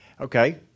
Okay